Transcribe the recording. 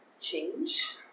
change